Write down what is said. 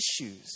issues